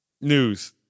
News